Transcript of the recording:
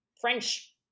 French